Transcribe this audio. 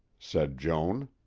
said joan.